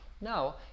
Now